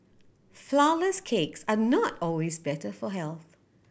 flourless cakes are not always better for health